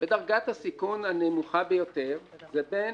בדרגת הסיכון הנמוכה ביותר זה בין